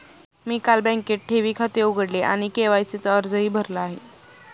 मी काल बँकेत ठेवी खाते उघडले आणि के.वाय.सी चा अर्जही भरला आहे